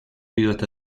built